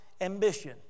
ambition